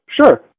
Sure